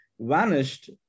vanished